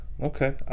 Okay